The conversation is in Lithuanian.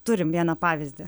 turim vieną pavyzdį